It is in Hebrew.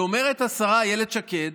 ואומרת השרה אילת שקד: